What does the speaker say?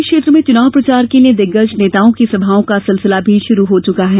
वहीं इस क्षेत्र में चूनाव प्रचार के लिए दिग्गज नेताओं की सभाओं सिलसिला शुरू हो चुका है